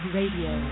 Radio